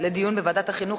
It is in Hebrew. לוועדת החינוך,